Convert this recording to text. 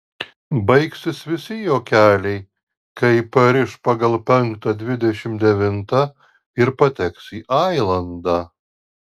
baigsis visi juokeliai kai pariš pagal penktą dvidešimt devintą ir pateks į ailandą